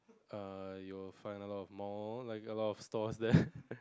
err you will find a lot of mall like a lot of stores there